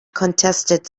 contested